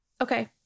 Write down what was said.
Okay